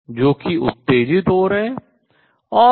जो कि उत्तेजित हो रहें है